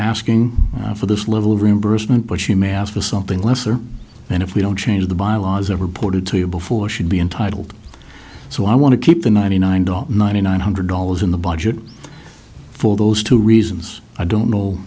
asking for this level of reimbursement but she may ask for something lesser and if we don't change the bylaws ever ported to you before she'd be entitled so i want to keep the ninety nine dollars ninety nine hundred dollars in the budget for those two reasons i don't know